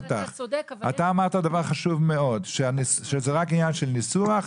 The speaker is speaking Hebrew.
אתה אמרת דבר חשוב מאוד שזה רק עניין של ניסוח,